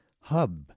hub